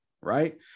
Right